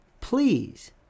Please